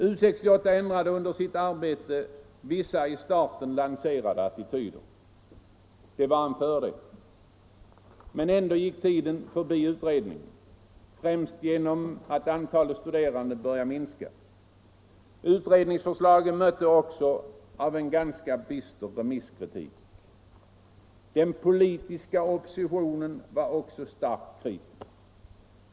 U 68 ändrade under sitt arbete vissa i starten lanserade attityder. Det var en fördel. Men ändå gick tiden förbi utredningen, främst genom att antalet studerande började minska. Utredningsförslaget möttes också av en ganska bister remisskritik. Den politiska oppositionen var också starkt kritisk.